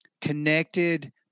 connected